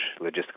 logistical